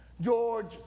George